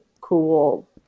cool